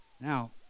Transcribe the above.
Now